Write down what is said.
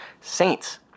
Saints